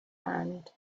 hand